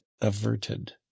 averted